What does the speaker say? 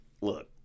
look